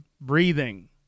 breathing